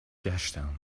گشتم